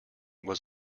was